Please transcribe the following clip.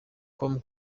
com